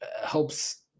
helps